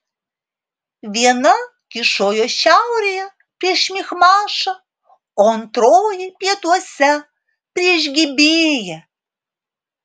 viena kyšojo šiaurėje prieš michmašą o antroji pietuose prieš gibėją